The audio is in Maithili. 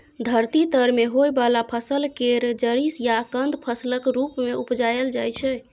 धरती तर में होइ वाला फसल केर जरि या कन्द फसलक रूप मे उपजाइल जाइ छै